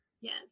Yes